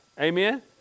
Amen